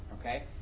Okay